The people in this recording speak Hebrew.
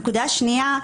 נקודה שנייה.